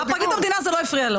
לפרקליט המדינה זה לא הפריע.